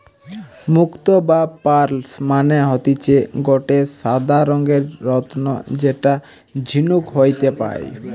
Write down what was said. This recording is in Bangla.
মুক্তো বা পার্লস মানে হতিছে গটে সাদা রঙের রত্ন যেটা ঝিনুক হইতে পায়